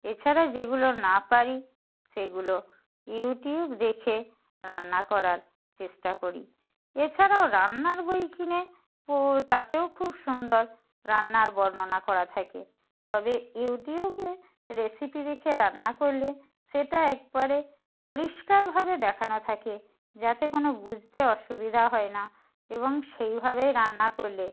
এছাড়াও যেগুলো না পারি সেগুলো ইউটিউব দেখে রান্না করার চেষ্টা করি এছাড়াও রান্নার বই কিনে ও তাতেও খুব সুন্দর রান্নার বর্ণনা করা থাকে তবে ইউটিউবে রেসিপি দেখে রান্না করলে সেটা একবারে পরিষ্কারভাবে দেখানো থাকে যাতে কোনো বুঝতে অসুবিধা হয় না এবং সেইভাবে রান্না করলে